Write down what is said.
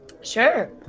Sure